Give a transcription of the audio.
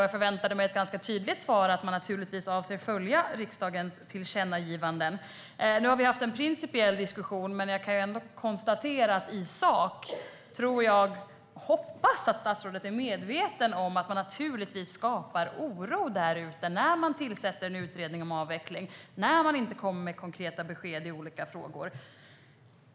Jag förväntade mig ett ganska tydligt svar om att man naturligtvis avser att följa riksdagens tillkännagivanden. Nu har vi haft en principiell diskussion, men i sak kan jag konstatera att jag tror och hoppas att statsrådet är medveten om att man naturligtvis skapar oro när man tillsätter en utredning om avveckling och inte kommer med konkreta besked i olika frågor.